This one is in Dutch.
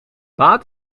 baat